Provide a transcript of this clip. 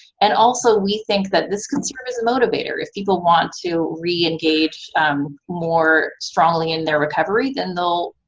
and also we think that this can serve as a motivator. if people want to reengage more strongly in their recovery, then they'll,